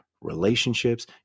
relationships